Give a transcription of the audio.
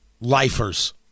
Lifers